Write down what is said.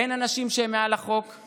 אין אנשים שהם מעל לחוק,